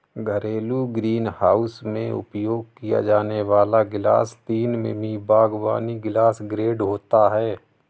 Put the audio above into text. घरेलू ग्रीनहाउस में उपयोग किया जाने वाला ग्लास तीन मिमी बागवानी ग्लास ग्रेड होता है